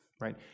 Right